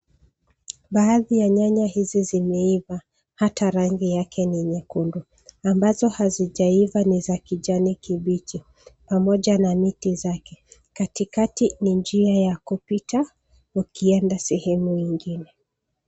Baadhi ya nyanya hizi zimeiva hata rangi yake ni nyekundu ambazo hazijaiva ni za kijani kibichi pamooja na miti zake katikati ni jia ya kupita ukienda sehemu nyingine.